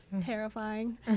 Terrifying